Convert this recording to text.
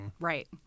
Right